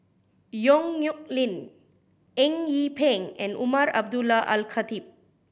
Yong Nyuk Lin Eng Yee Peng and Umar Abdullah Al Khatib